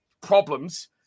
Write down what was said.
problems